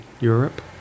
Europe